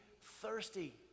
thirsty